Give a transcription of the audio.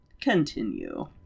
Continue